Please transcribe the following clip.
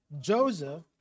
Joseph